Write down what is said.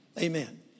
Amen